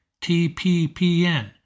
TPPN